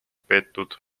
peetud